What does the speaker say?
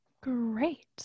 Great